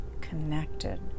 connected